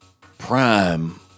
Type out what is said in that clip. Prime